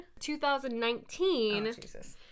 2019